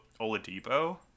Oladipo